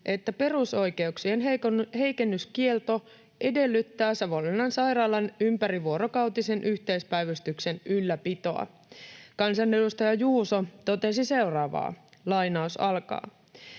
että perusoikeuksien heikennyskielto edellyttää Savonlinnan sairaalan ympärivuorokautisen yhteispäivystyksen ylläpitoa. Kansanedustaja Juuso totesi seuraavaa: "Professori